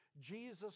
Jesus